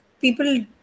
people